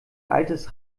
altes